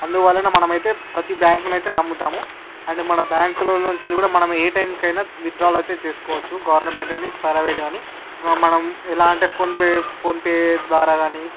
అందువలన మనమైతే ప్రతి బ్యాంకును అయితే నమ్ముతాము అండ్ మన బ్యాంకులో నుంచి కూడా మనం ఏ టైంకి అయినా విత్డ్రాలు అయితే చేసుకోవచ్చు గవర్నమెంట్ కాని ప్రైవేట్ కాని మనం ఎలాంటి ఫోన్పే ఫోన్పే ద్వారా కాని